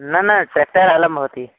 न न टेटर् अलं भवति